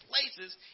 places